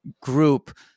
group